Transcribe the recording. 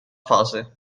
fase